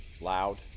loud